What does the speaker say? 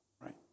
right